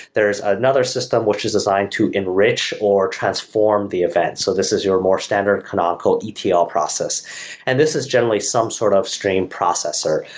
there's another system which is designed to enrich or transform the event, so this is your more standard canonical etl process and this is generally some sort of stream processor.